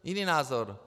Jiný názor.